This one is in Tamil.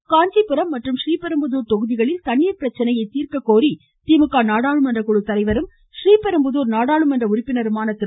பாலு காஞ்சிபுரம் மற்றும் றீபெரும்புதூர் தொகுதிகளில் தண்ணீர் பிரச்சினையை தீர்க்க கோரி திமுக நாடாளுமன்ற குழுத்தலைவரும் றீபெரும்புதூர் நாடாளுமன்ற உறுப்பினருமான திரு